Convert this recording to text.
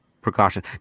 precaution